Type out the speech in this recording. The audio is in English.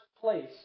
place